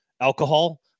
Alcohol